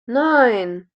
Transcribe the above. neun